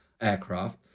aircraft